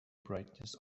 brightness